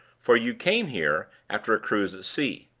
for you came here after a cruise at sea.